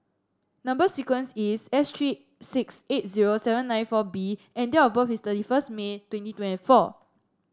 number sequence is S three six eight zero seven nine four B and date of birth is thirty first May twenty twenty four